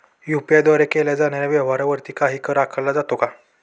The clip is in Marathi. यु.पी.आय द्वारे केल्या जाणाऱ्या व्यवहारावरती काही कर आकारला जातो का?